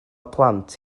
plant